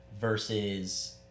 versus